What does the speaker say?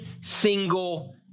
single